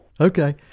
Okay